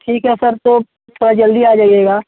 ठीक है सर तो थोड़ा जल्दी आ जाइएगा